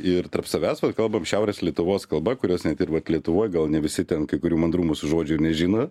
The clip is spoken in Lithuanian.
ir tarp savęs vat kalbam šiaurės lietuvos kalba kurios net ir vat lietuvoj gal ne visi ten kai kurių mandrų mūsų žodžių ir nežino